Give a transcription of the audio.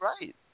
right